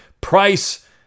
price